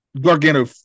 Gargano